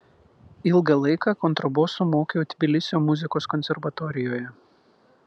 ilgą laiką kontraboso mokiau tbilisio muzikos konservatorijoje